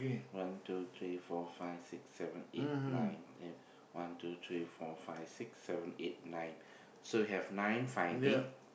one two three four five six seven eight nine ten one two three four five six seven eight nine so we have nine finding